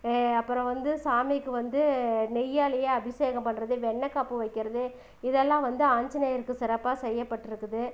அப்புறம் வந்து சாமிக்கு வந்து நெய்யாலையே அபிஷேகம் பண்ணுறது வெண்ணெய் காப்பு வைக்கிறது இதெல்லாம் வந்து ஆஞ்சிநேயருக்கு சிறப்பாக செய்யப்பட்டுருக்குது